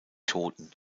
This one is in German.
toten